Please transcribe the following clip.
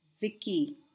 Vicky